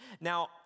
Now